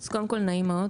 אז קודם כל, נעים מאוד.